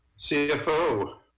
CFO